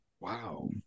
Wow